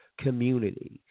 community